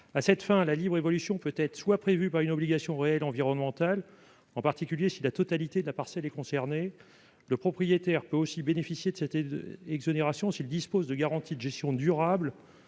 À cette fin, la libre évolution peut être prévue par une obligation réelle environnementale, en particulier si la totalité de la parcelle est concernée. Le propriétaire peut aussi bénéficier de cette exonération s'il dispose de garanties de gestion durable